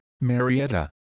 Marietta